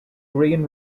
green